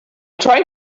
trying